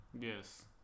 Yes